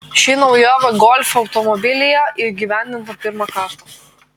ši naujovė golf automobilyje įgyvendinta pirmą kartą